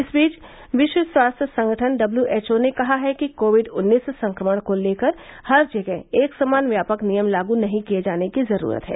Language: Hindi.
इस बीच विश्व स्वास्थ्य संगठन डब्ल्यू एच ओ ने कहा है कि कोविड उन्नीस संक्रमण को लेकर हर जगह एकसमान व्यापक नियम लागू किए जाने की जरूरत नहीं है